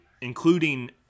including